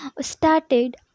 started